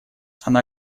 она